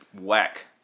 whack